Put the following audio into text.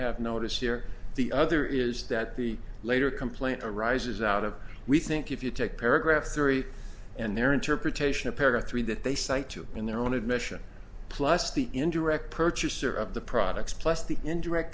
have notice here the other is that the later complaint arises out of we think if you take paragraph three and their interpretation of paragraph three that they cite to in their own admission plus the indirect purchaser of the products plus the indirect